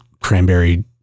cranberry